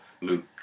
Luke